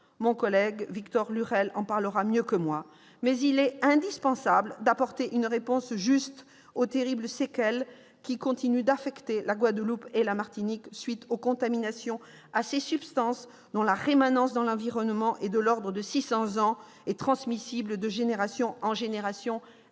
mon collègue Victorin Lurel parlera mieux que moi. Il est indispensable d'apporter une réponse juste aux terribles séquelles qui continuent d'affecter la Guadeloupe et la Martinique, à la suite des contaminations à ces substances, leur rémanence dans l'environnement étant de l'ordre de 600 ans et elles sont transmissibles de génération en génération.